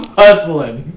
hustling